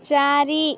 ଚାରି